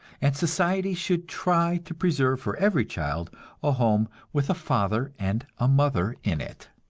and society should try to preserve for every child a home with a father and a mother in it.